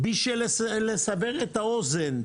בשביל לסבר את האוזן,